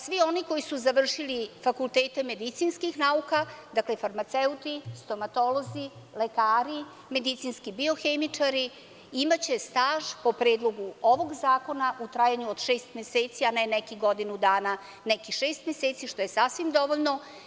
Svi oni koji su završili fakultete medicinskih nauka, dakle farmaceuti, stomatolozi, lekari, medicinski biohemičari, imaće staž po predlogu ovog zakona u trajanju od šest meseci, a ne neki godinu dana, neki šest meseci, što je sasvim dovoljno.